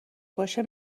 باشه